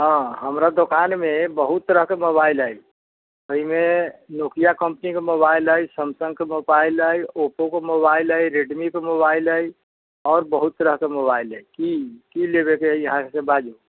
हाँ हमरा दोकानमे बहुत तरहकेँ मोबाइल अछि ताहिमे नोकिआ कम्पनीके मोबाइल अछि सैमसङ्गके मोबाइल अछि ओपोके मोबाइल अछि रेडमीके मोबाइल अछि आओर बहुत तरहकेँ मोबाइल अछि की की लेबेके हइ अहाँकेँ से बाजू